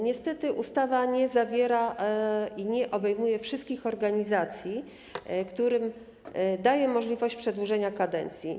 Niestety, ustawa nie zawiera i nie obejmuje wszystkich organizacji, jeśli chodzi o możliwość przedłużenia kadencji.